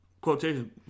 quotation